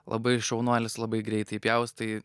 labai šaunuolis labai greitai pjaustai